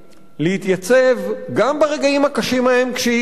להתייצב, גם ברגעים הקשים ההם, כשיהיו,